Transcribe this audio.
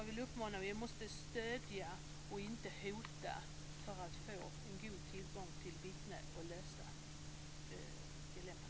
Vi måste stödja och inte hota för att få en god tillgång till vittnen och lösa dilemmat.